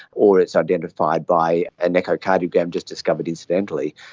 or it's identified by an echocardiogram, just discovered incidentally.